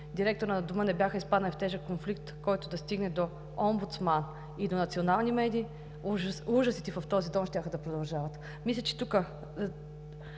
директорът на дома не бяха изпаднали в тежък конфликт, който да стигне до омбудсмана и до национални медии, ужасите в този дом щяха да продължават. Мисля, че тук